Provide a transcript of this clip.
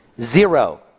Zero